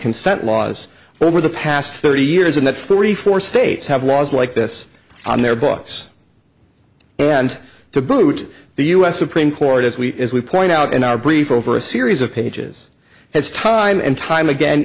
consent laws over the past thirty years and that forty four states have laws like this on their books and to boot the u s supreme court as we as we point out in our brief over a series of pages has time and time a